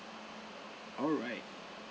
alright